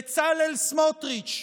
בצלאל סמוטריץ'